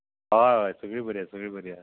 हय हय सगळीं बरीं आसा सगळीं बरीं आहा